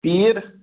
پیٖر